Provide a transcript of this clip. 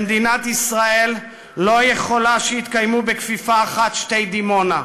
במדינת ישראל לא יכול שיתקיימו בכפיפה אחת שתי דימונה.